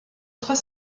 trois